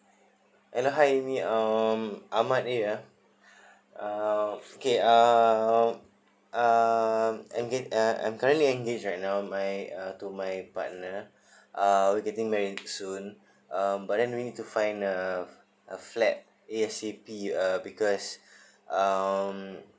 hello hi amy um ahmad here uh okay uh uh enga~ I'm currently engage right now my uh to my partner uh we're getting married soon uh but then we need to find uh a flat A_S_A_P uh because um